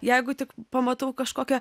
jeigu tik pamatau kažkokią